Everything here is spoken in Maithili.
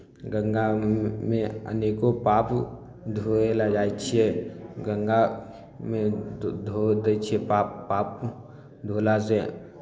गङ्गामे अनेको पाप धोय लेल जाइ छियै गङ्गामे धो धो दै छियै पाप पाप धोलासँ